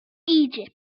egypt